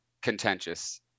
contentious